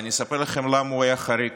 אני אספר לכם למה הוא היה חריג,